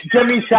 Jimmy